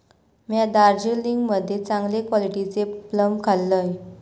म्या दार्जिलिंग मध्ये चांगले क्वालिटीचे प्लम खाल्लंय